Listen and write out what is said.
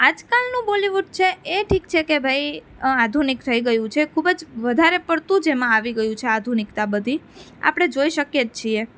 આજકાલનું બોલિવૂડ છે એ ઠીક છે કે ભાઈ આધુનિક થઈ ગયું છે ખૂબ જ વધારે પડતું જેમાં આવી ગયું છે જેમાં આધુનિકતા બધી આપણે જોઈ શકીએ જ છીએ